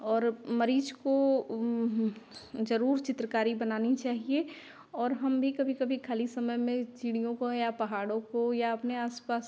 और मरीज़ को ज़रूर चित्रकारी बनानी चाहिए और हम भी कभी कभी खाली समय में चिड़ियों को या पहाड़ों को या अपने आस पास